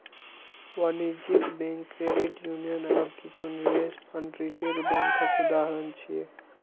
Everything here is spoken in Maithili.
वाणिज्यिक बैंक, क्रेडिट यूनियन आ किछु निवेश फंड रिटेल बैंकक उदाहरण छियै